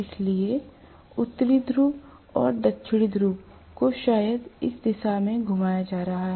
इसलिए उत्तरी ध्रुव और दक्षिणी ध्रुव को शायद इस दिशा में घुमाया जा रहा है